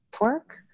work